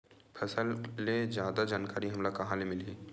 फसल के जादा जानकारी हमला कहां ले मिलही?